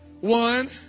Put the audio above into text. One